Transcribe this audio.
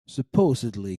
supposedly